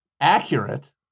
accurate